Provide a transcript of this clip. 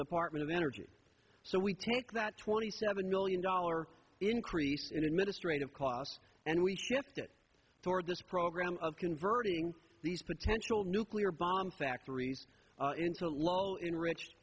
department of energy so we take that twenty seven million dollar increase in administrative costs and we shift it toward this program of converting these potential nuclear bomb factories into low enrich